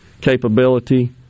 capability